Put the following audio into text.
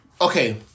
Okay